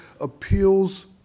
appeals